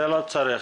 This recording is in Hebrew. זה לא צריך.